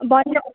भन्नू